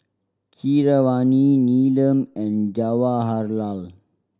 Keeravani Neelam and Jawaharlal